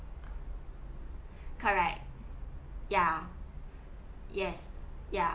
correct ya yes ya